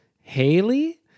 Haley